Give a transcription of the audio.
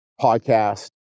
podcast